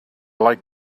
like